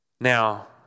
Now